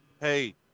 hey